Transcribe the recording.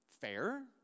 fair